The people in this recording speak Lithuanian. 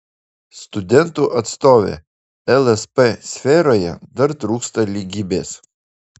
studentų atstovė lsp sferoje dar trūksta lygybės